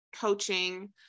coaching